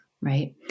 right